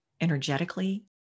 energetically